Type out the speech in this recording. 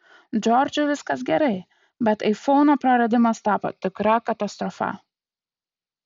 džordžui viskas gerai bet aifono praradimas tapo tikra katastrofa